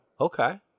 Okay